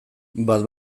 bat